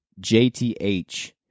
JTH